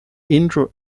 indo